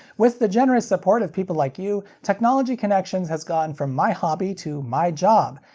with the generous support of people like you, technology connections has gone from my hobby to my job!